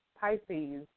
Pisces